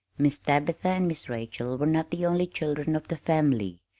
miss tabitha and miss rachel were not the only children of the family.